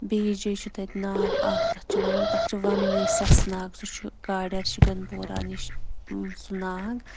بیٚیِس جایہِ چھُ تَتہِ ناگ اَکھ تَتھ چھِ وَنان تَتھ چھِ وَنٛنٕے سٮ۪سہٕ ناگ سُہ چھُ کایڈَرِ شِگَن پوٗرہ نِش سُہ ناگ